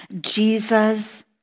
Jesus